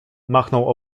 machnął